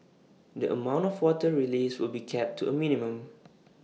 the amount of water released will be kept to A minimum